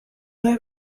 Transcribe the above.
have